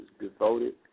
devoted